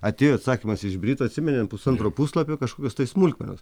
atėjo atsakymas iš britų atsimeni ten pusantro puslapio kažkokios tai smulkmenos